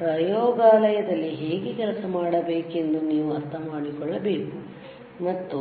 ಪ್ರಯೋಗಾಲಯದಲ್ಲಿ ಹೇಗೆ ಕೆಲಸ ಮಾಡಬೇಕೆಂದು ನೀವು ಅರ್ಥಮಾಡಿಕೊಳ್ಳಬೇಕು ಮತ್ತು